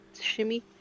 shimmy